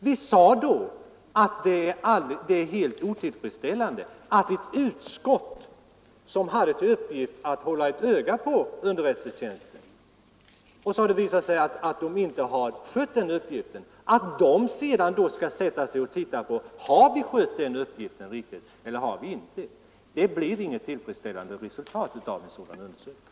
Vi sade då att det är helt otillfredsställande att ett utskott, som haft till uppgift att hålla ett öga på underrättelsetjänsten men inte har skött denna uppgift, sedan skall ta ställning till om det har skött denna uppgift väl eller inte. Det blir inga tillfredsställande resultat av en sådan undersökning.